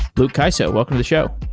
luke kysow, welcome to the show.